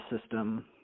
system